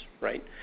right